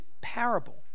parable